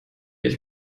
ich